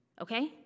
Okay